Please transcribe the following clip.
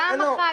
פעם אחת.